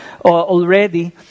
already